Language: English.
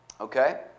Okay